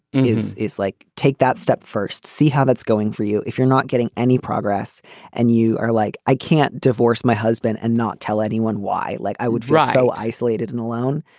is is like take that step first, see how that's going for you. if you're not getting any progress and you are like, i can't divorce my husband and not tell anyone why, like i would rile isolated and alone.